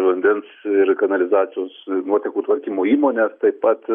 vandens ir kanalizacijos nuotekų tvarkymo įmones taip pat